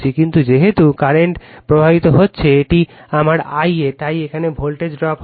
কিন্তু যেহেতু কারেন্ট প্রবাহিত হচ্ছে এটি আমার Ia তাই এখানে ভোল্টেজ ড্রপ হবে